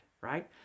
right